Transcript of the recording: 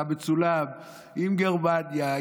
אתה מצולם עם גרמניה,